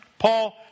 Paul